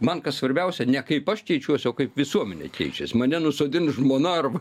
man kas svarbiausia ne kaip aš keičiuosi o kaip visuomenė keičias mane nusodins žmona arba